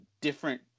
different